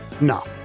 No